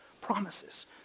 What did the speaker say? promises